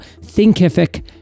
Thinkific